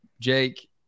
Jake